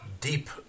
deep